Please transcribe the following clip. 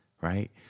right